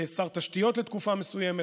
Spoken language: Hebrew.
שר תשתיות לתקופה מסוימת,